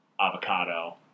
avocado